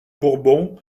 bourbon